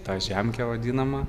tą žemkę vadinamą